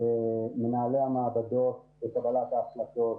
מנהלי המעבדות בקבלת ההחלטות,